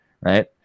right